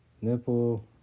nipple